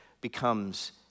becomes